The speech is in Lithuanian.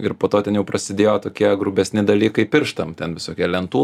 ir po to ten jau prasidėjo tokie grubesni dalykai pirštam ten visokie lentų